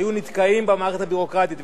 היו נתקעים במערכת הביורוקרטית.